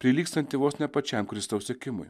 prilygstanti vos ne pačiam kristaus sekimui